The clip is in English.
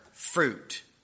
fruit